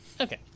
Okay